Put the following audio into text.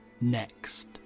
Next